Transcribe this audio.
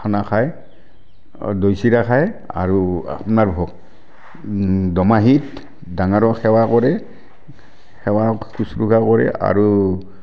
খানা খায় দৈ চিৰা খায় আৰু আপোনাৰ ভ দুমাহীত ডাঙৰক সেৱা কৰে সেৱা শুশ্ৰূষা কৰে আৰু